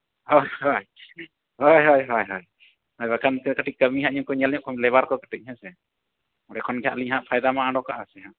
ᱦᱳᱭ ᱟᱪᱪᱷᱟ ᱦᱳᱭ ᱦᱳᱭ ᱦᱳᱭ ᱦᱳᱭ ᱵᱟᱠᱷᱟᱱ ᱠᱟᱹᱢᱤ ᱦᱟᱸᱜ ᱩᱱᱠᱩ ᱧᱮᱞ ᱧᱚᱜ ᱠᱚᱢ ᱩᱱᱠᱩ ᱞᱮᱵᱟᱨ ᱠᱚ ᱦᱮᱸᱥᱮ ᱚᱸᱰᱮ ᱠᱷᱚᱱ ᱜᱮ ᱟᱞᱤᱧᱟᱜ ᱯᱷᱟᱭᱫᱟ ᱢᱟ ᱚᱰᱚᱠᱚᱜᱼᱟ ᱥᱮ